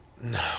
No